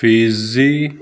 Fiji